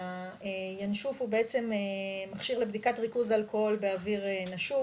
הינשוף הוא בעצם מכשיר לבדיקת ריכוז האלכוהול במכשיר נשוף,